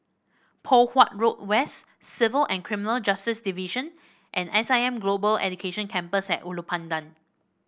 Poh Huat Road West Civil and Criminal Justice Division and S I M Global Education Campus at Ulu Pandan